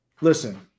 Listen